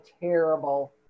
terrible